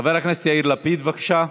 חבר הכנסת יאיר לפיד, בבקשה,